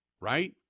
right